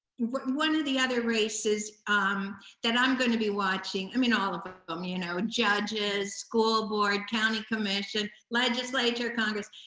one of the other races that i'm gonna be watching, i mean, all of them, ah um you know judges, school board, county commission, legislature, congress,